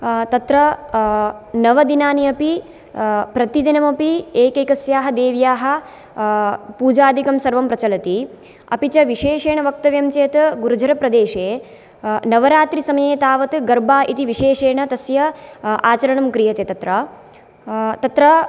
तत्र नवदिनानि अपि प्रतिदिनमपि एकैकस्याः देव्याः पूजादिकं सर्वं प्रचलति अपि च विशेषेण वक्तव्यं चेत् गुर्जरप्रदेशे नवरात्रीसमये तावत् गर्बा इति विशेषेण तस्य आचरणं क्रियते तत्र तत्र